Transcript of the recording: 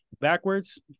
Backwards